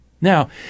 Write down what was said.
Now